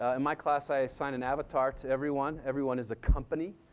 ah in my class i assign an avatar to everyone, everyone is a company.